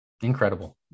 Incredible